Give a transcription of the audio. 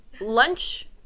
lunch